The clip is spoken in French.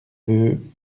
veux